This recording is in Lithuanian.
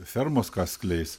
fermos ką skleis